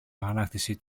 αγανάκτηση